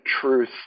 truth